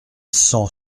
cent